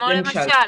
כמו למשל?